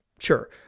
Sure